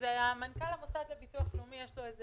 למנכ"ל המוסד לביטוח לאומי יש איזה